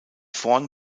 vorn